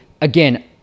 again